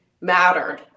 mattered